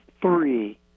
Three